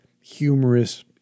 humorous